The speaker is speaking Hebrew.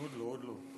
עוד לא.